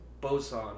boson